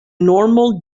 normal